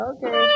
Okay